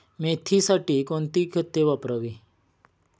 मेथीसाठी कोणती खते वापरावी?